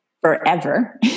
forever